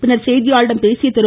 பின்னர் செய்தியாளர்களிடம் பேசிய திரு